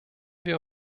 wir